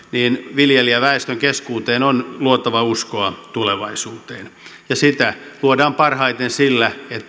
viljelijäväestön keskuuteen on luotava uskoa tulevaisuuteen ja sitä luodaan parhaiten sillä että